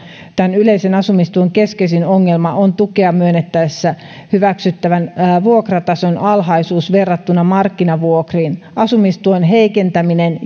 tämän yleisen asumistuen keskeisin ongelma on tukea myönnettäessä hyväksyttävän vuokratason alhaisuus verrattuna markkinavuokriin asumistuen heikentäminen